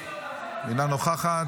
אינה נוכחת,